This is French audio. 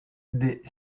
des